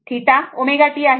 तर हे θ ω t आहे